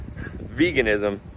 veganism